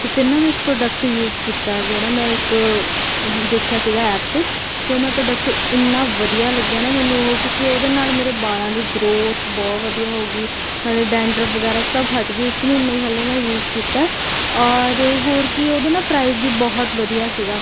ਅਤੇ ਫਿਰ ਨਾ ਮੈਂ ਇੱਕ ਪ੍ਰੋਡਕਟ ਯੂਜ਼ ਕੀਤਾ ਜਿਹੜਾ ਮੈਂ ਇੱਕ ਦੇਖਿਆ ਸੀਗਾ ਐਪ 'ਤੇ ਅਤੇ ਉਹ ਮੈਂ ਪ੍ਰੋਡਕਟ ਇੰਨਾਂ ਵਧੀਆ ਲੱਗਿਆ ਨਾ ਮੈਨੂੰ ਉਹ ਕਿਉਂਕਿ ਉਹਦੇ ਨਾਲ ਮੇਰੇ ਬਾਲਾਂ ਦੀ ਗਰੋਥ ਬਹੁਤ ਵਧੀਆ ਹੋ ਗਈ ਨਾਲੇ ਡੈਂਡਰਫ ਵਗੈਰਾ ਸਭ ਹੱਟ ਗਏ ਇੱਕ ਮਹੀਨਾ ਹੀ ਹਾਲੇ ਮੈਂ ਯੂਜ਼ ਕੀਤਾ ਔਰ ਹੋਰ ਕੀ ਉਹਦਾ ਨਾ ਪ੍ਰਾਈਸ ਵੀ ਬਹੁਤ ਵਧੀਆ ਸੀਗਾ